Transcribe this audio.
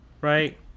Right